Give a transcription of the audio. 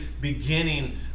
beginning